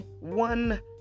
One